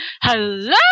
hello